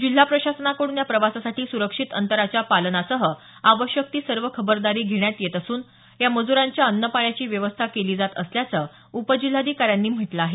जिल्हा प्रशासनाकडून या प्रवासासाठी सुरक्षित अंतराच्या पालनासह आवश्यक ती सर्व खबरदारी घेण्यात येत असून या मज्रांच्या अन्न पाण्याची व्यवस्था केली जात असल्याचं उपजिल्हाधिकाऱ्यांनी म्हटलं आहे